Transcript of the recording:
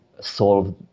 solve